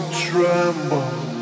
tremble